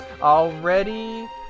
Already